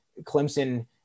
Clemson